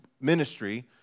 ministry